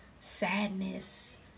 sadness